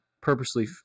purposely